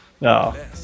no